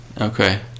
Okay